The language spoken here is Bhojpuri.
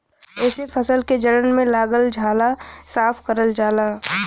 एसे फसल के जड़न में लगल झाला साफ करल जाला